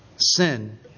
sin